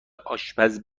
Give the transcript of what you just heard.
آشپز